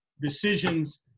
decisions